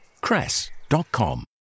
cress.com